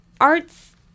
arts